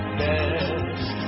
best